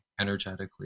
energetically